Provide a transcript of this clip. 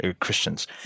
Christians